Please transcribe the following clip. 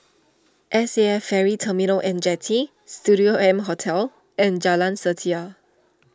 S A F Ferry Terminal and Jetty Studio M Hotel and Jalan Setia